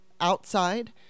outside